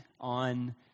on